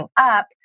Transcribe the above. up